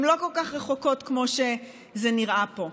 הן לא כל כך רחוקות כמו שזה נראה פה.